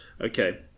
Okay